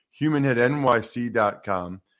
HumanHeadNYC.com